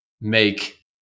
make